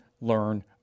learn